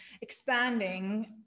expanding